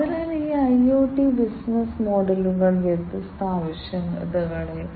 ഒരു സ്മാർട്ട് പാൽ പാക്കേജിംഗ് യൂണിറ്റിലെ സെൻസിംഗിനെക്കുറിച്ച് കൂടുതൽ വ്യക്തമായി സംസാരിക്കാം